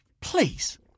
please